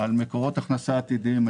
על מקורות הכנסה עתידיים,